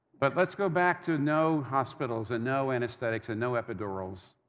but let's go back to no hospitals, and no anesthetics, and no epidurals,